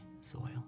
Soil